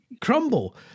crumble